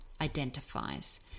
identifies